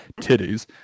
titties